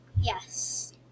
Yes